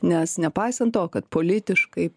nes nepaisan to kad politiškai